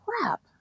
crap